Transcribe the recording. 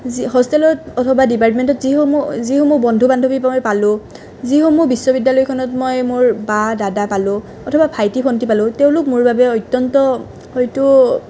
হোষ্টেলত অথবা ডিপাৰ্টমেণ্টত যিসমূহ যিসমূহ বন্ধু বান্ধৱী মই পালোঁ যিসমূহ বিশ্ববিদ্যালয়খনত মই মোৰ বা দাদা পালোঁ অথবা ভন্টি ভাইটি পালোঁ তেওঁলোক মোৰ বাবে অত্যন্ত হয়তো